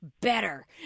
better